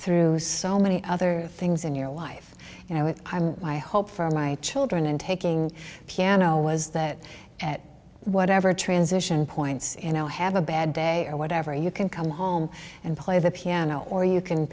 through so many other things in your life and my hope for my children in taking piano was that at whatever transition points in i'll have a bad day or whatever you can come home and play the piano or you can